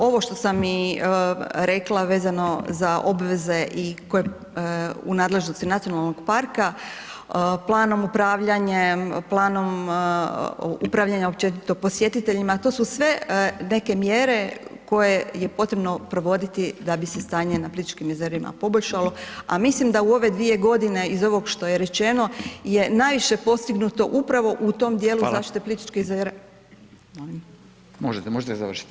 Ovo što sam i rekla vezano za obveze i koje u nadležnosti nacionalnog parka, planom upravljanjem, planom upravljanja općenito posjetiteljima, to su sve neke mjere koje je potrebno provoditi da bi se stanje na Plitvičkim jezerima poboljšalo, a mislim da u ove dvije godine iz ovog što je rečeno je najviše postignuto upravo u tom dijelu [[Upadica: Hvala.]] zaštite Plitvičkih jezera [[Upadica: Možete, možete završiti rečenicu.]] Dobro.